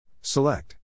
Select